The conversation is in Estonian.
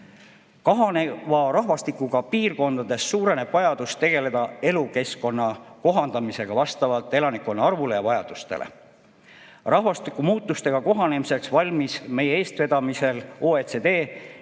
Kahaneva rahvastikuga piirkondades suureneb vajadus tegeleda elukeskkonna kohandamisega vastavalt elanikkonna arvule ja vajadustele. Rahvastikumuutustega kohanemiseks valmis meie eestvedamisel OECD,